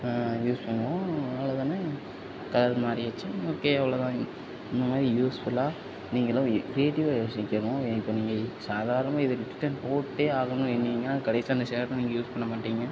use பண்ணுவோம் அவ்ளோ தான கலர் மாறிருச்சு ஓகே அவ்ளோ தான் இந்தமாதிரி யூஸ்ஃபுல்லாக நீங்களும் க்ரியேட்டிவாக யோசிக்கணும் ஏ இப்போ நீங்கள் சாதாரணமாக இது ரிட்டன் போட்டே ஆகணுன்னீங்கன்னா கடைசியாக அந்த ஷர்ட்டும் நீங்கள் யூஸ் பண்ண மாட்டிங்க